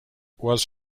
was